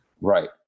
Right